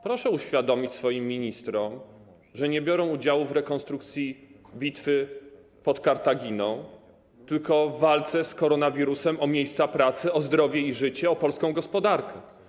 Proszę uświadomić swoim ministrom, że nie biorą udziału w rekonstrukcji bitwy pod Kartaginą, tylko w walce z koronawirusem o miejsca pracy, o zdrowie i życie, o polską gospodarkę.